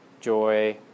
joy